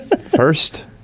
First